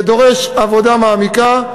זה דורש עבודה מעמיקה,